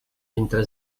entre